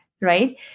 right